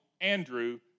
Andrew